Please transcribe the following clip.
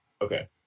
okay